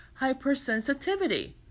hypersensitivity